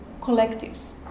collectives